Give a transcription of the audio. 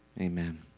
amen